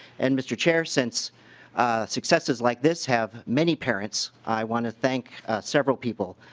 and mr. chair since successes like this have many parents i want to thank several people.